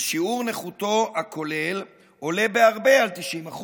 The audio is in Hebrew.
ושיעור נכותו הכולל עולה בהרבה על 90%,